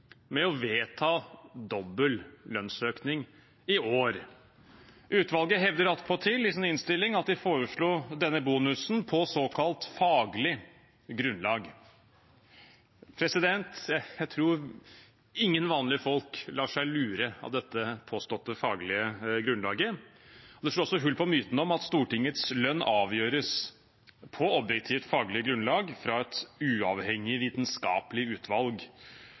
med å vedta dobbel lønnsøkning i år. Utvalget hevder attpåtil i sin innstilling at de foreslo denne bonusen på såkalt faglig grunnlag. Jeg tror ingen vanlige folk lar seg lure av dette påståtte faglige grunnlaget. Det slår også hull på myten om at Stortingets lønn avgjøres på objektivt, faglig grunnlag fra et uavhengig, vitenskapelig utvalg.